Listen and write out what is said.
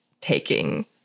taking